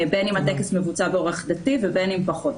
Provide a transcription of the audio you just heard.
בין אם הטקס מבוצע באורח דתי ובין אם פחות.